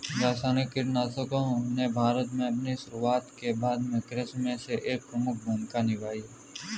रासायनिक कीटनाशकों ने भारत में अपनी शुरूआत के बाद से कृषि में एक प्रमुख भूमिका निभाई है